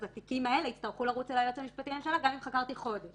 אז התיקים האלה יצטרכו לרוץ ליועץ המשפטי לממשלה גם אם חקרתי חודש.